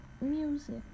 music